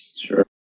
Sure